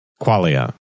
qualia